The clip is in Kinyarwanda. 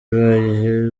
ibaye